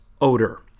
odor